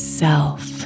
self